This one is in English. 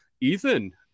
Ethan